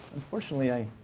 unfortunately,